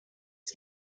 oes